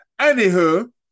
Anywho